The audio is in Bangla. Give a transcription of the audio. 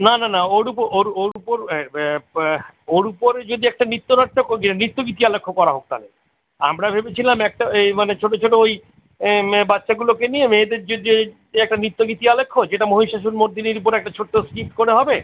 না না না ওর উপর ওর ওর উপর ওর উপর যদি একটা নৃত্যনাট্য নৃত্যগীতি আলেখ্য করা হোক না তালে আমরা ভেবেছিলাম একটা এই মানে ছোটো ছোটো ওই মে বাচ্চাগুলোকে নিয়ে মেয়েদের যে যে একটা নৃত্যগীতি আলেখ্য যেটা মহিষাসুরমর্দিনীর উপর একটা ছোট্টো স্ক্রিপ্ট করা হবে